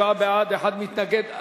47 בעד, אחד מתנגד.